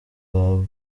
baba